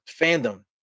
fandom